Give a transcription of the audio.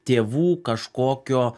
tėvų kažkokio